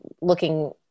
looking